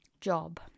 job